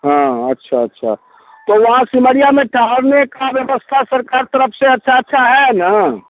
हाँ अच्छा अच्छा तो वहाँ सिमड़िया में कहाँ में का व्यवस्था है सरकार तरफ़ से अच्छा अच्छा है न